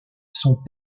sont